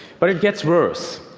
but it gets worse.